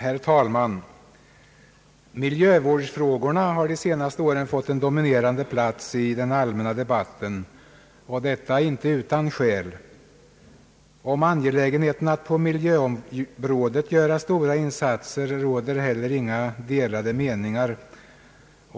Herr talman! Miljövårdsfrågorna har de senaste åren fått en dominerande plats i den allmänna debatten. Detta inte utan skäl. Om angelägenheten av att på miljöområdet göra stora insatser råder inga delade meningar.